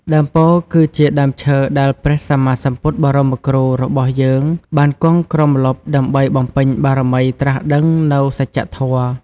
ដើមពោធិ៍គឺជាដើមឈើដែលព្រះសម្មាសម្ពុទ្ធបរមគ្រូរបស់យើងបានគង់ក្រោមម្លប់ដើម្បីបំពេញបារមីត្រាស់ដឹងនូវសច្ចធម៌។